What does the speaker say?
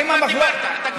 אתה כבר דיברת,